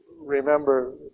remember